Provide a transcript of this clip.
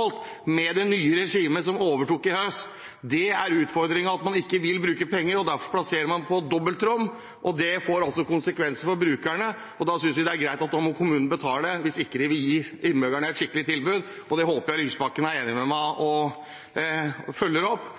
at med det nye regimet som overtok i høst, var det ikke vilje til å bevilge penger slik at sykehjemsplassene blir opprettholdt. Utfordringen er at man ikke vil bruke penger. Derfor plasserer man folk på dobbeltrom. Det får konsekvenser for brukerne. Da synes vi det er greit at kommunene må betale, hvis de ikke vil gi innbyggerne et skikkelig tilbud. Jeg håper Lysbakken er enig med meg i at vi følger opp,